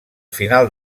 final